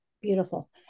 Beautiful